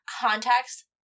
context